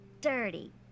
dirty